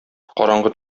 караңгы